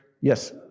yes